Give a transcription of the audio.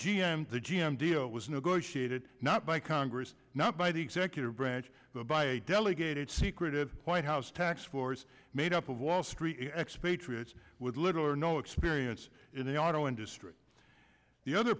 m the g m deal was negotiated not by congress not by the executive branch by a delegated secretive white house tax force made up of wall street expatriates with little or no experience in the auto industry the other